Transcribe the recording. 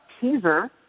teaser